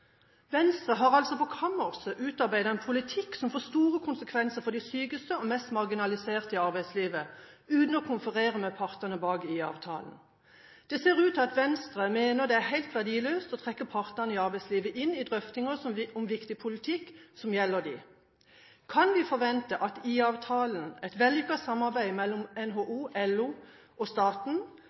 Venstre har altså på kammerset utarbeidet en politikk som får store konsekvenser for de sykeste og mest marginaliserte i arbeidslivet, uten å konferere med partene i avtalen. Det ser ut til at Venstre mener det er helt verdiløst å trekke partene i arbeidslivet inn i drøftinger om viktig politikk som gjelder dem. Kan vi forvente at IA-avtalen, et vellykket samarbeid mellom NHO, LO og staten,